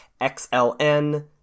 xln